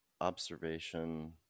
Observation